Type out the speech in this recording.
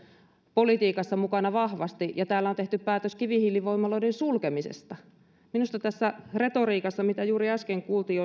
politiikassa mukana vahvasti ja täällä on tehty päätös kivihiilivoimaloiden sulkemisesta minusta tässä retoriikassa mitä juuri äsken kuultiin